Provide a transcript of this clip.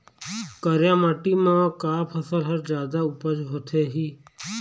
करिया माटी म का फसल हर जादा उपज होथे ही?